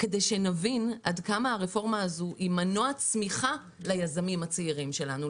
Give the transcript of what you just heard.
כדי שנבין עד כמה הרפורמה הזו היא מנוע צמיחה ליזמים הצעירים שלנו,